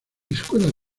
escuelas